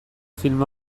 film